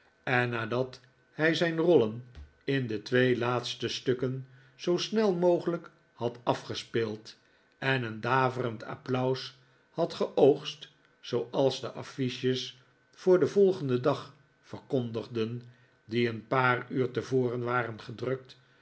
en nadat hij zijn rollen in de twee laatste stukken zoo snel mogelijk had afgespeeld en een daverend applaus had geoogst zooals de affiches voor den volgenden dag verkondigden die een paar uur tevoren waren gedrukt